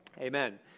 Amen